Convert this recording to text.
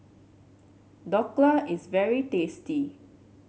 Dhokla is very tasty